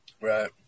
Right